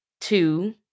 two